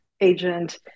agent